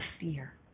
fear